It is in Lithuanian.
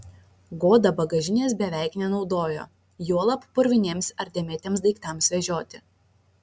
goda bagažinės beveik nenaudojo juolab purviniems ar dėmėtiems daiktams vežioti